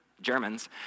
Germans